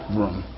room